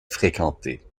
fréquentée